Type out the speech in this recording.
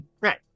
right